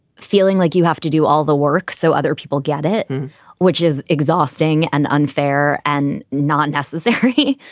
feeling like you have to do all the work so other people get it which is exhausting and unfair and not necessary,